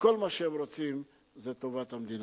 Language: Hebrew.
כל מה שהם רוצים זה טובת המדינה.